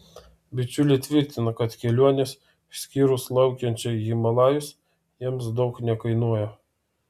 bičiuliai tvirtina kad kelionės išskyrus laukiančią į himalajus jiems daug nekainuoja